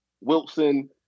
Wilson